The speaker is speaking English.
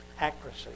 accuracy